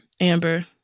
Amber